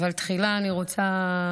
תחילה אני רוצה,